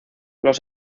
los